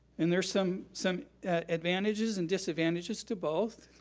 and there's some some advantages and disadvantages to both.